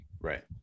Right